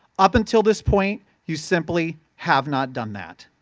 up until this point, you simply have not done that.